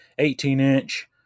18-inch